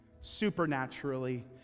Supernaturally